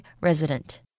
Resident